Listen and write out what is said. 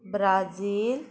Brazil